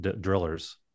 drillers